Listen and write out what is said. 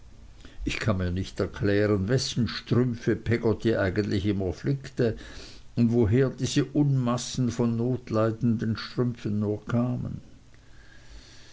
ich kann mir nicht erklären wessen strümpfe peggotty eigentlich immer flickte und woher diese unmassen von notleidenden strümpfen nur kamen